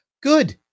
good